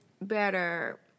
better